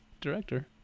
director